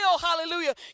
hallelujah